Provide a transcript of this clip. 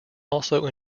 also